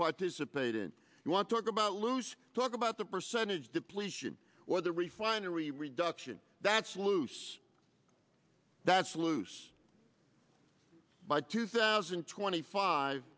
participate in you want to talk about loose talk about the percentage depletion or the refinery reduction that's loose that's loose by two thousand and twenty five